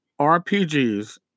RPGs